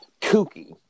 kooky